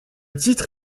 titre